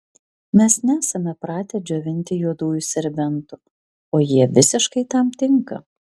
mes nesame pratę džiovinti juodųjų serbentų o jie visiškai tam tinka